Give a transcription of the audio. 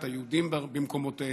את היהודים במקומותיהם,